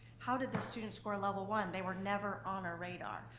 how did those students score a level one? they were never on our radar.